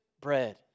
bread